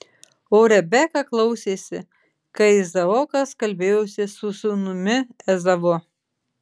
o rebeka klausėsi kai izaokas kalbėjosi su sūnumi ezavu